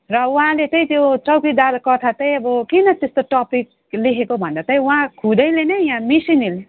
र उहाँले चाहिँ त्यो चौकीदार कथा चाहिँ अब किन त्यस्तो टपिक लेखेको भन्दा चाहिँ उहाँ खुदैले नै यहाँ मिसन हिल